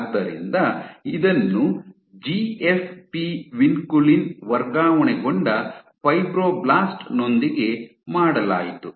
ಆದ್ದರಿಂದ ಇದನ್ನು GFP vinculin ವರ್ಗಾವಣೆಗೊಂಡ ಫೈಬ್ರೊಬ್ಲಾಸ್ಟ್ ನೊಂದಿಗೆ ಮಾಡಲಾಯಿತು